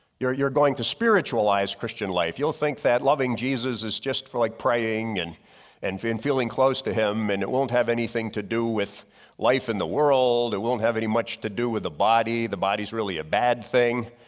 you're you're going to spiritualize christian life, you'll think that loving jesus is just for like praying and and and feeling close to him and it won't have anything to do with life in the world, it won't have any much to do with the body, the body is really a bad thing.